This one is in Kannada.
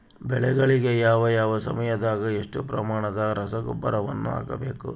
ಬೆಳೆಗಳಿಗೆ ಯಾವ ಯಾವ ಸಮಯದಾಗ ಎಷ್ಟು ಪ್ರಮಾಣದ ರಸಗೊಬ್ಬರವನ್ನು ಹಾಕಬೇಕು?